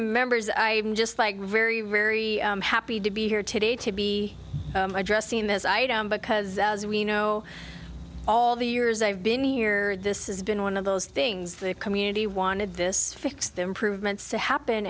members i just like very very happy to be here today to be addressing this item because as we know all the years i've been here this has been one of those things the community wanted this fix the improvements to happen